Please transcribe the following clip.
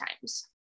times